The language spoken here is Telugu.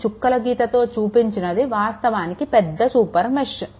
ఈ చుక్కల గీతతో చూపించినది వాస్తవానికి పెద్ద సూపర్ మెష్